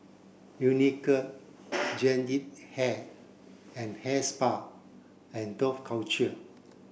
Unicurd Jean Yip Hair and Hair Spa and Dough Culture